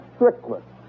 Strickland